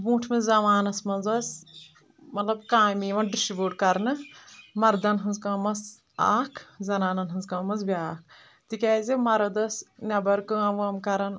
برٛوٗنٛٹھمہِ زمانَس منٛز ٲس مطلب کٲمہِ یِوان ڈِسٹرٛبوٗٹ کَرنہٕ مردَن ہٕنٛز کٲم ٲس اَکھ زنانَن ہٕنٛز کٲم ٲس بیٛاکھ تِکیٛازِ مرد ٲسۍ نٮ۪بر کٲم وٲم کَران